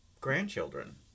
grandchildren